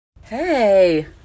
Hey